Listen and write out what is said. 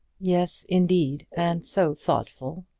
yes, indeed and so thoughtful!